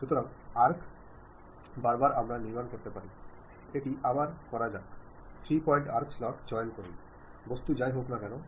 നിങ്ങളുടെ ആശയവിനിമയത്തിന്റെ സ്വഭാവം ചില സമയങ്ങളിൽ എളുപ്പമോ ബുദ്ധിമുട്ടുള്ളതോ ആകാം